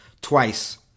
twice